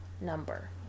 number